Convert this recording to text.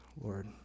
Lord